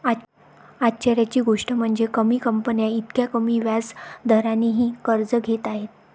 आश्चर्याची गोष्ट म्हणजे, कमी कंपन्या इतक्या कमी व्याज दरानेही कर्ज घेत आहेत